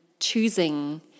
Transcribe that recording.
Choosing